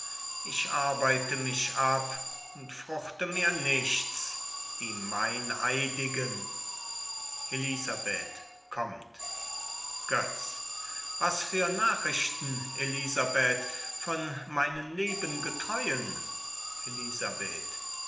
ich arbeite mich ab und fruchte mir nichts die meineidigen elisabeth kommt götz was für nachrichten elisabeth von meinen lieben getreuen elisabeth